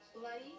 Bloody